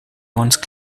once